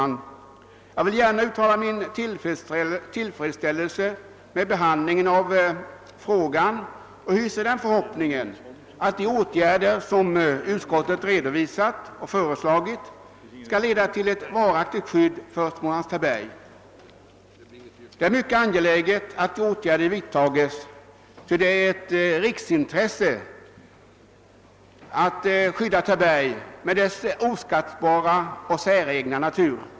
Jag vill gärna uttala min tillfredsställelse över behandlingen av denna fråga och hoppas att de åtgärder som utskottet har föreslagit skall leda till ett varaktigt skydd för Smålands Taberg. Det är mycket angeläget att åtgärder vidtas, ty det är, som sagt, ett riksintresse att skydda Taberg med dess oskattbara och säregna natur.